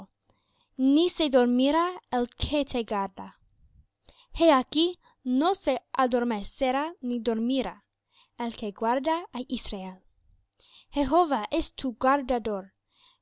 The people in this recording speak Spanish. ni se dormirá el que te guarda he aquí no se adormecerá ni dormirá el que guarda á israel jehová es tu guardador